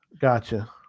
Gotcha